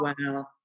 wow